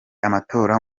amatora